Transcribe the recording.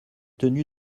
tenu